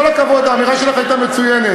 כל הכבוד, האמירה שלך הייתה מצוינת.